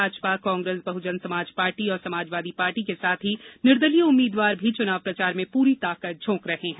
Bhajpa Congress Bahujan Samaj party और Samajwadi party के साथ ही निर्दलीय उम्मीदवार भी चुनाव प्रचार में पूरी ताकत झोंक रहे हैं